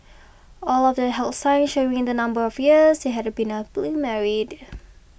all of them held signs showing the number of years they had been married